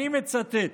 ואני מצטט: